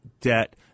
debt